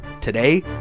Today